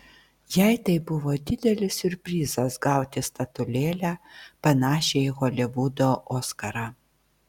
jai tai buvo didelis siurprizas gauti statulėlę panašią į holivudo oskarą